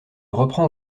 reprend